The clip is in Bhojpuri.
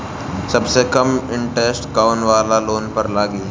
सबसे कम इन्टरेस्ट कोउन वाला लोन पर लागी?